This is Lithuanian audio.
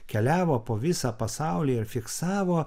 keliavo po visą pasaulį ir fiksavo